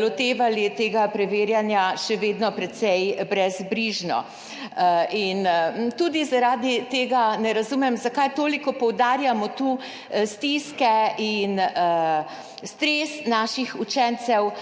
lotevali tega preverjanja še vedno precej brezbrižno. Tudi zaradi tega ne razumem, zakaj toliko poudarjamo tu stiske in stres naših učencev.